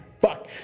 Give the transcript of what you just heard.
fuck